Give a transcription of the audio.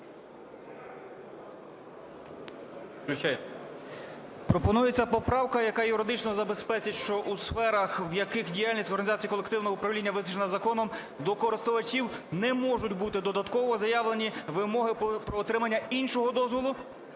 Пропонується поправка, яка юридично забезпечить, що у сферах, в яких діяльність в організації колективного управління визначена законом, до користувачів не можуть бути додатково заявлені вимоги про отримання іншого дозволу